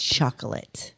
Chocolate